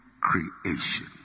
creation